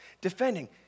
defending